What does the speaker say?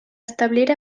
establir